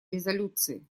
резолюции